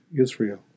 Israel